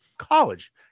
College